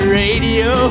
radio